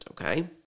okay